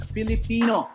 Filipino